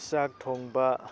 ꯆꯥꯛ ꯊꯣꯡꯕ